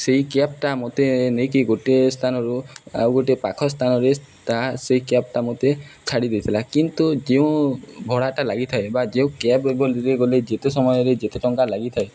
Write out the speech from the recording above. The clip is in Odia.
ସେଇ କ୍ୟାବ୍ଟା ମୋତେ ନେଇକି ଗୋଟେ ସ୍ଥାନରୁ ଆଉ ଗୋଟେ ପାଖ ସ୍ଥାନରେ ତା ସେଇ କ୍ୟାବ୍ଟା ମୋତେ ଛାଡ଼ି ଦେଇଥିଲା କିନ୍ତୁ ଯେଉଁ ଭଡ଼ାଟା ଲାଗିଥାଏ ବା ଯେଉଁ କ୍ୟାବ୍ରେ ଗଲେ ଯେତେ ସମୟରେ ଯେତେ ଟଙ୍କା ଲାଗିଥାଏ